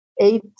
eight